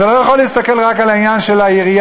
אתה לא יכול להסתכל רק על העניין של העירייה.